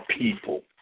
people